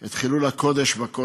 את חילול הקודש בכותל,